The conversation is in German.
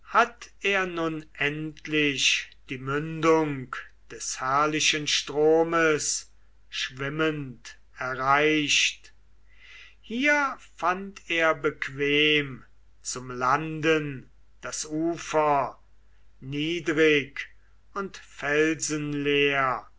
hatt er nun endlich die mündung des herrlichen stromes schwimmend erreicht hier fand er bequem zum landen das ufer niedrig und felsenleer